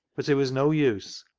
but it was no use,